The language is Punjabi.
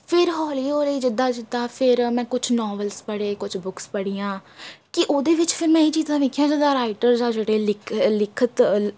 ਫਿਰ ਹੌਲੀ ਹੌਲੀ ਜਿੱਦਾਂ ਜਿੱਦਾਂ ਫਿਰ ਮੈਂ ਕੁਛ ਨੋਵਲਸ ਪੜ੍ਹੇ ਕੁਛ ਬੁੱਕਸ ਪੜ੍ਹੀਆਂ ਕਿ ਉਹਦੇ ਵਿੱਚ ਫਿਰ ਮੈਂ ਇਹ ਹੀ ਚੀਜ਼ਾਂ ਦੇਖੀਆਂ ਜਿੱਦਾਂ ਰਾਈਟਰ ਆ ਜਿਹੜੇ ਲਿਖ ਲਿਖਤ ਲਿ